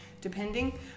depending